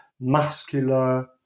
muscular